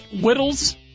Whittles